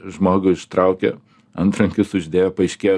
žmogų ištraukė antrankius uždėjo paaiškėjo